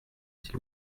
s’il